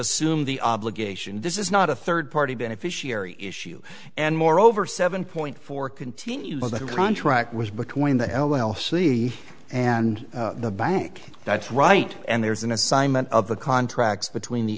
assumed the obligation this is not a third party beneficiary issue and moreover seven point four continues the contract was between the l l c and the bank that's right and there's an assignment of a contract between the